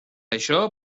això